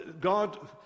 God